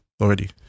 already